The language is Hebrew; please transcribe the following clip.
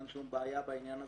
אין שום בעיה בעניין הזה,